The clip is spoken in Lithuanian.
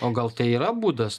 o gal tai yra būdas